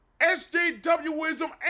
SJWism